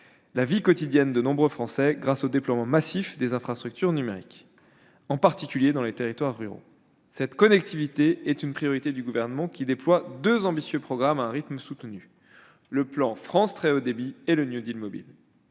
la vie quotidienne de nombreux Français grâce au déploiement massif des infrastructures numériques, en particulier dans les territoires ruraux. Cette connectivité est une priorité du Gouvernement, qui déploie deux ambitieux programmes à un rythme soutenu : le plan France Très haut débit et le « New Deal mobile